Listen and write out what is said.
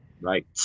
right